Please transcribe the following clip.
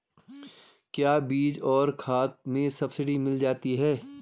क्या बीज और खाद में सब्सिडी मिल जाती है?